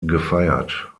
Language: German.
gefeiert